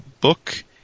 book